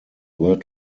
were